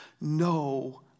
no